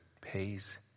pays